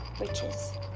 riches